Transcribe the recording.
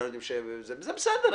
זה בסדר,